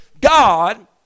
God